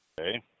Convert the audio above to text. Okay